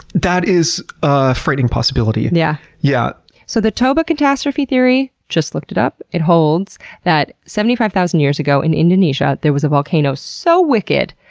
that is a frightening possibility. yeah. yeah so, the toba catastrophe theory just looked it up holds that seventy five thousand years ago in indonesia there was a volcano so wicked,